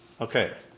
Okay